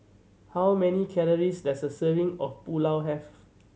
how many calories does a serving of Pulao have